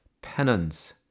penance